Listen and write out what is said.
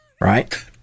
Right